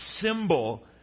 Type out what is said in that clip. symbol